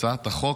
הצעת החוק,